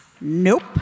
Nope